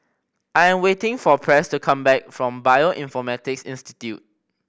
I am waiting for Press to come back from Bioinformatics Institute